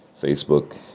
facebook